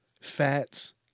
fats